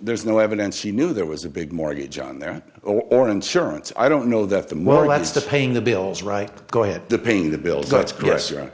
there's no evidence he knew there was a big mortgage on there or insurance i don't know that the more let's stop paying the bills right go ahead the paying the bill that's question